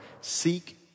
seek